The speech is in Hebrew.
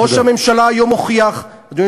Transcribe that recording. ראש הממשלה היום הוכיח, תודה.